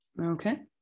Okay